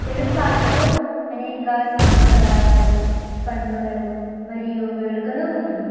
తెలుగు భాషలో అనేక సాంప్రదాయాలు పండుగలు మరియు వేడుకలు ఉన్నాయి